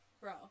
Bro